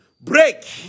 break